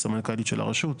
הסמנכ"לית של הרשות,